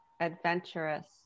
adventurous